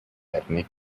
ethnic